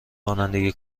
رانندگی